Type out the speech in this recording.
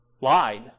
lied